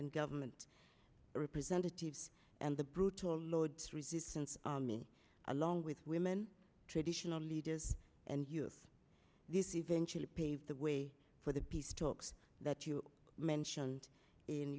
an government representatives and the brutal lord's resistance army along with women traditional leaders and you this eventually paved the way for the peace talks that you mentioned in